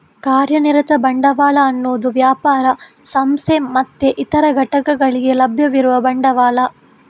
ಕಾರ್ಯನಿರತ ಬಂಡವಾಳ ಅನ್ನುದು ವ್ಯಾಪಾರ, ಸಂಸ್ಥೆ ಮತ್ತೆ ಇತರ ಘಟಕಗಳಿಗೆ ಲಭ್ಯವಿರುವ ಬಂಡವಾಳ